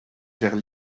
vers